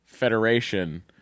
Federation